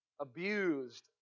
abused